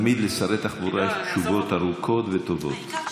תמיד לשרי תחבורה יש תשובות ארוכות וטובות.